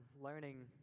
learning